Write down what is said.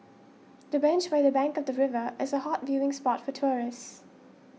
the bench by the bank of the river is a hot viewing spot for tourists